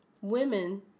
women